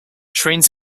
trains